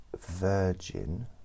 Virgin